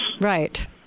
Right